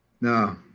No